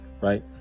right